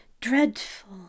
Dreadful